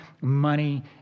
money